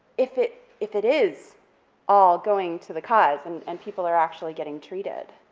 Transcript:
if it if it is all going to the cause and and people are actually getting treated,